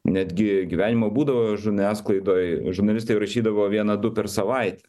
netgi gyvenimo būdo žiniasklaidoj žurnalistai rašydavo vieną du per savaitę